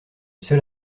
seul